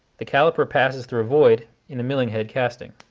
the caliper passes through a void in the millhead casting.